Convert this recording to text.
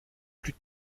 plus